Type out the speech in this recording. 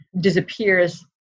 disappears